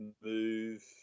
move